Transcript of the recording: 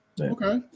Okay